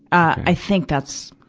i think that's,